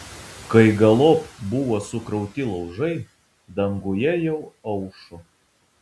kai galop buvo sukrauti laužai danguje jau aušo